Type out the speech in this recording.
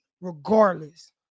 regardless